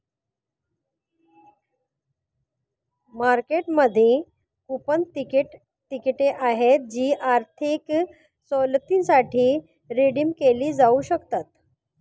मार्केटिंगमध्ये कूपन तिकिटे आहेत जी आर्थिक सवलतींसाठी रिडीम केली जाऊ शकतात